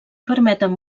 permeten